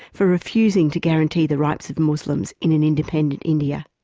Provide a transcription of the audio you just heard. for refusing to guarantee the rights of muslims in an independent india.